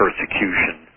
persecution